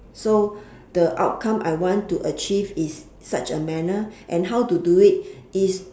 so the outcome I want to achieve is such a manner and how to do it is